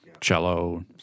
cello